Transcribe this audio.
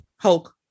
Hulk